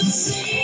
see